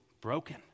broken